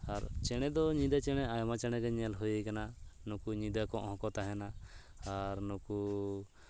ᱟᱨ ᱪᱮᱬᱮ ᱫᱚ ᱧᱤᱫᱟᱹ ᱪᱮᱬᱮ ᱟᱭᱢᱟ ᱪᱮᱬᱮ ᱜᱤᱧ ᱧᱮᱞ ᱦᱩᱭ ᱟᱠᱟᱱᱟ ᱱᱩᱠᱩ ᱧᱤᱫᱟᱹ ᱠᱚᱸᱜ ᱦᱚᱸᱠᱚ ᱛᱟᱦᱮᱱᱟ ᱟᱨ ᱱᱩᱠᱩ